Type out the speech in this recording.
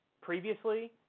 previously